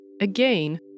again